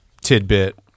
Tidbit